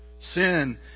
Sin